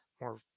more